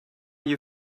you